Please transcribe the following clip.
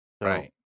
Right